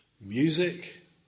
music